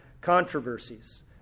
controversies